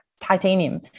titanium